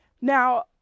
Now